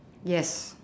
yes